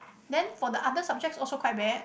then for the other subjects also quite bad